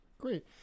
Great